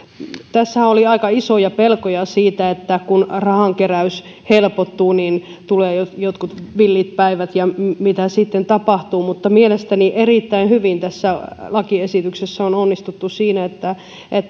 tässähän oli aika isoja pelkoja siitä että kun rahankeräys helpottuu niin tulevat jotkut villit päivät ja mitä sitten tapahtuu mutta mielestäni erittäin hyvin tässä lakiesityksessä on onnistuttu siinä että